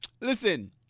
listen